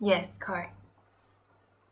yes correct